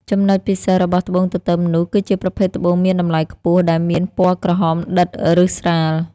ចំណុចពិសេសរបស់ត្បូងទទឹមនោះ គឺជាប្រភេទត្បូងមានតម្លៃខ្ពស់ ដែលមានពណ៌ក្រហមដិតឬស្រាល។